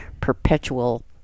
perpetual